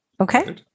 Okay